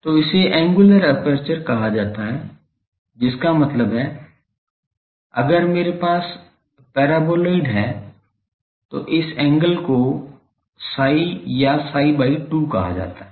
तो इसे angular aperture कहा जाता है जिसका मतलब है अगर मेरे पास पैराबोलॉइड है तो इस एंगल को psi या psi by 2 कहा जाता है